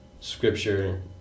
scripture